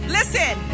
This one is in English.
listen